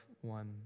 one